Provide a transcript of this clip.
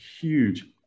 huge